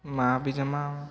ମା' ବି ଜମା